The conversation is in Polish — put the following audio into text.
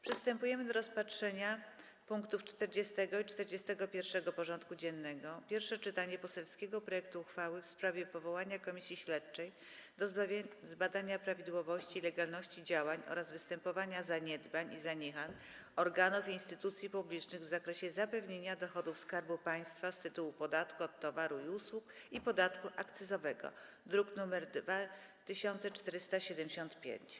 Przystępujemy do rozpatrzenia punktów 40. i 41. porządku dziennego: 40. Pierwsze czytanie poselskiego projektu uchwały w sprawie powołania Komisji Śledczej do zbadania prawidłowości i legalności działań oraz występowania zaniedbań i zaniechań organów i instytucji publicznych w zakresie zapewnienia dochodów Skarbu Państwa z tytułu podatku od towarów i usług i podatku akcyzowego (druk nr 2475)